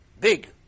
Big